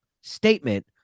statement